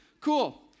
Cool